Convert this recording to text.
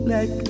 Let